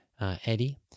Eddie